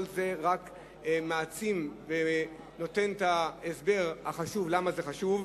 כל זה רק מעצים ונותן את ההסבר למה זה חשוב.